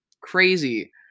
crazy